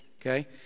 okay